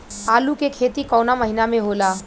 आलू के खेती कवना महीना में होला?